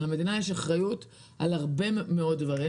על המדינה יש אחריות על הרבה מאוד דברים,